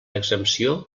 exempció